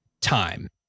time